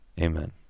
Amen